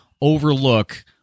overlook